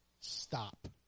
stop